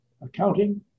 accounting